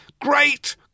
Great